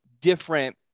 different